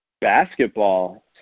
basketball